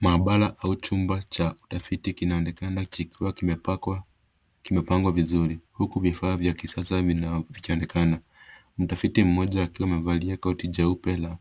Maabara au chumba cha utafiti kinaonekana kikiwa kimepangwa vizuri, huku vifaa vya kisasa vikionekana. Mtatfiti mmoja akiwa amevalia koti jeupe la